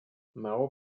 mało